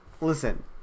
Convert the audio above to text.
Listen